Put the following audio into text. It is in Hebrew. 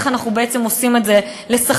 איך אנחנו בעצם עושים את זה לסחטנות,